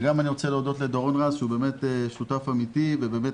ואני גם רוצה להודות לדורון רז שהוא באמת שותף אמיתי והוא באמת